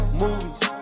movies